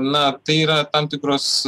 na tai yra tam tikros